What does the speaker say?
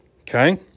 Okay